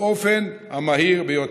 באופן המהיר ביותר.